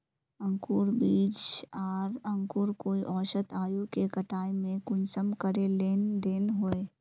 अंकूर बीज आर अंकूर कई औसत आयु के कटाई में कुंसम करे लेन देन होए?